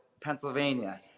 Pennsylvania